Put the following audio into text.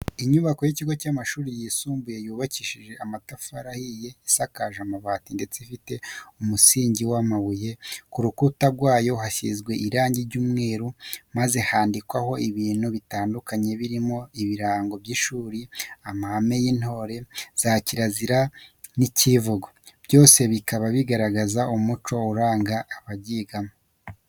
Inyubako y'ikigo cy'amashuri yisumbuye yubakishije amatafari ahiye, isakaje amabati, ndetse ifite umusingi w'amabuye, ku rukuta rwayo hasizwe irangi ry'umweru maze handikwaho ibintu bitandukanye birimo ibirango by'ishuri, amahame y'intore, za kirazira n'icyivugo, byose bikaba bigaragaza umuco uranga abaryigamo.